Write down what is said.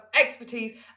expertise